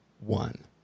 one